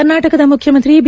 ಕರ್ನಾಟಕದ ಮುಖ್ಯಮಂತ್ರಿ ಬಿ